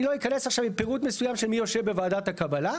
אני לא אכנס עכשיו לפירוט מסוים של מי יושב בוועדת הקבלה.